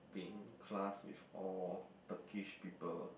being class with all Turkish people